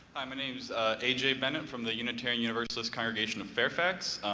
um name bennett from the unitarian universalist congregation of fairfax,